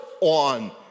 on